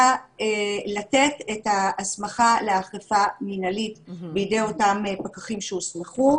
לתת את ההסמכה לאכיפה מנהלית בידי אותם פקחים שהוסמכו.